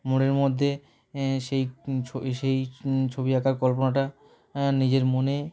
মনের মধ্যে সেই ছ সেই ছবি আঁকার কল্পনাটা নিজের মনে